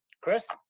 Chris